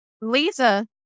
Lisa